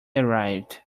arrived